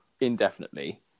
indefinitely